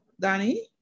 Danny